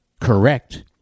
correct